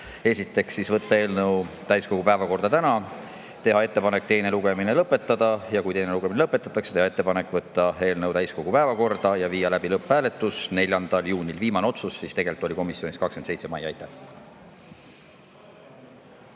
konsensuslikult. Võtta eelnõu täiskogu päevakorda täna, teha ettepanek teine lugemine lõpetada ja kui teine lugemine lõpetatakse, teha ettepanek võtta eelnõu täiskogu päevakorda ja viia läbi lõpphääletus 4. juunil. Viimane otsus tehti komisjonis tegelikult 27. mail. Aitäh!